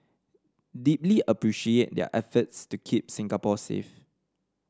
deeply appreciate their efforts to keep Singapore safe